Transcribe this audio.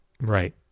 Right